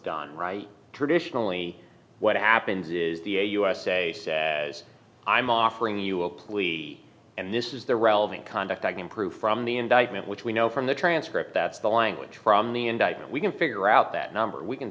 done right traditionally what happens is the usa says i'm offering you a plea and this is the relevant conduct i can prove from the indictment which we know from the transcript that's the language from the indictment we can figure out that number we can